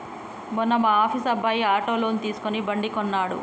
మొన్న మా ఆఫీస్ అబ్బాయి ఆటో లోన్ తీసుకుని బండి కొన్నడు